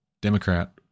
Democrat-